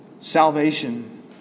salvation